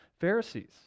Pharisees